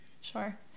Sure